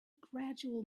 gradual